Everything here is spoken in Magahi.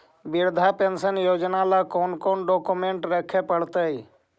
वृद्धा पेंसन योजना ल कोन कोन डाउकमेंट रखे पड़तै?